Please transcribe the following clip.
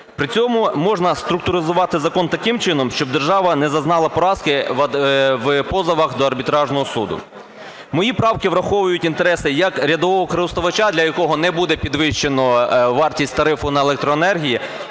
При цьому можна структуризувати закон таким чином, щоб держава не зазнала поразки в позовах до Арбітражного суду. Мої правки враховують інтереси як рядового користувача, для якого не буде підвищено вартість тарифу на електроенергію